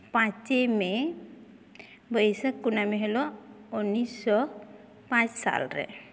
ᱯᱟᱸᱪᱮᱭ ᱢᱮ ᱵᱟᱹᱭᱥᱟᱹᱠᱷ ᱠᱩᱱᱟᱹᱢᱤ ᱦᱤᱞᱚᱜ ᱩᱱᱤᱥᱥᱚ ᱯᱟᱸᱪ ᱥᱟᱞᱨᱮ